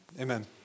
Amen